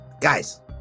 Guys